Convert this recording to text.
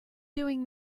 doing